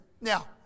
Now